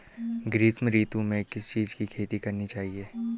ग्रीष्म ऋतु में किस चीज़ की खेती करनी चाहिये?